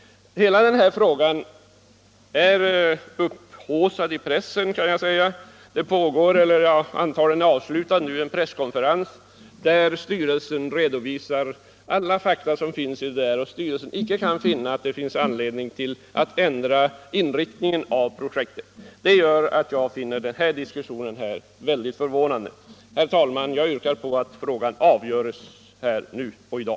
Hela denna fråga är upphaussad i pressen. Det har pågått en press konferens, som nu antagligen är avslutad, där styrelsen redovisat alla fakta som finns i ärendet. Styrelsen kan inte finna att det föreligger anledning att ändra inriktningen av projektet. Det gör att jag finner diskussionen här mycket förvånande. Herr talman! Jag yrkar att frågan avgörs här i dag.